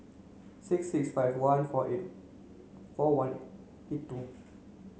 six six five one four eight four one eight two